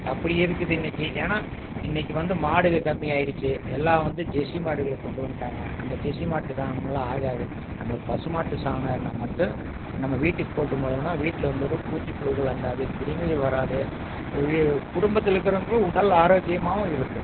அப்படி இருக்குது இன்னைக்கி ஏன்னா இன்னைக்கி வந்து மாடுகள் கம்மி ஆயிடுச்சு எல்லாம் வந்து ஜெர்சி மாடுகளை கொண்டு வந்துட்டாங்க அந்த ஜெர்சி மாட்டுச் சாணம்லாம் ஆகாது நம்மளுக்கு பசு மாட்டு சாணம்னால் மட்டும் நம்ம வீட்டுக்குப்போட்டு மொழுகினா வீட்டில வந்துடும் பூச்சி புழுகள் அண்டாது கிருமிகள் வராது குடும்பத்தில் இருக்கிறவங்களும் உடல் ஆரோக்கியமாகவும் இருக்கும்